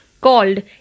called